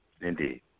Indeed